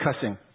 cussing